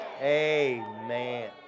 amen